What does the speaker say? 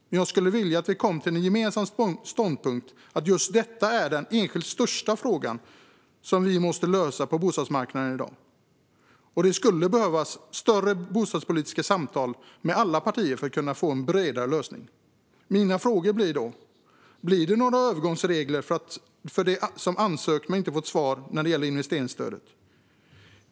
Men jag skulle vilja att vi kom fram till den gemensamma ståndpunkten att just detta är den enskilt största fråga vi måste lösa på bostadsmarknaden i dag. Det skulle behövas bostadspolitiska samtal mellan alla partier för att få en bredare lösning. Mina frågor blir därför: Blir det några övergångsregler för dem som ansökt men inte fått svar när det gäller investeringsstödet?